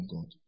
God